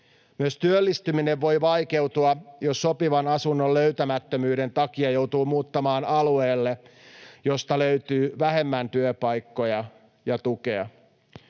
Myös työllistyminen voi vaikeutua, jos sopivan asunnon löytämättömyyden takia joutuu muuttamaan alueelle, josta löytyy vähemmän työpaikkoja ja tukea.